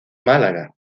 málaga